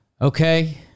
Okay